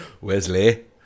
Wesley